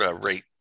rate